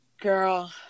Girl